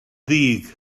ddig